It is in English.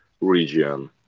region